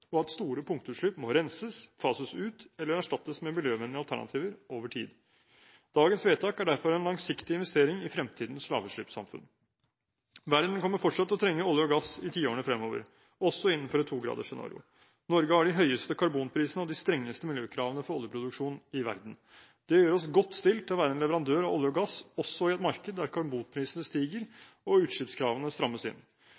og at store punktutslipp må renses, fases ut eller erstattes med miljøvennlige alternativer over tid. Dagens vedtak er derfor en langsiktig investering i fremtidens lavutslippssamfunn. Verden kommer fortsatt til å trenge olje og gass i tiårene fremover, også innenfor et 2-graders scenario. Norge har de høyeste karbonprisene og de strengeste miljøkravene for oljeproduksjon i verden. Det gjør oss godt stilt til å være en leverandør av olje og gass også i et marked der karbonprisene stiger og utslippskravene strammes inn.